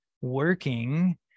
working